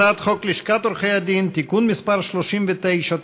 הצעת חוק לשכת עורכי הדין (תיקון מס' 39),